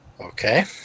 Okay